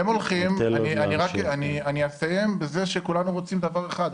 אני אסיים בזה שכולנו רוצים דבר אחד.